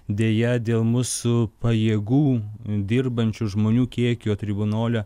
deja dėl mūsų pajėgų dirbančių žmonių kiekio tribunole